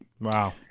Wow